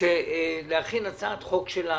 להכין הצעת חוק שלנו,